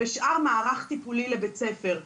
ושאר מערך טיפולי לבית ספר.